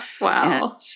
Wow